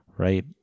right